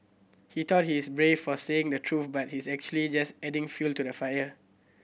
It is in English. he thought he's brave for saying the truth but he's actually just adding fuel to the fire